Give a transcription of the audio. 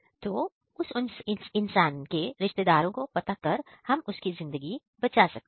तो उस इंसान के रिश्तेदारों को पता कर हम उसकी जिंदगी बचा सकते हैं